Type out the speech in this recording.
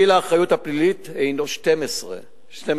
גיל האחריות הפלילית הינו 12 שנה,